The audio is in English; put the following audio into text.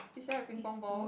is there a pingpong ball